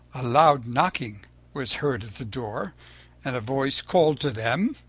a loud knocking was heard at the door and a voice called to them